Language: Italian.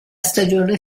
stagione